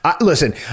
Listen